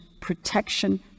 protection